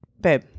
babe